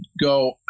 go